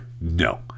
No